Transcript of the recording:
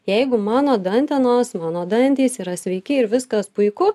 jeigu mano dantenos mano dantys yra sveiki ir viskas puiku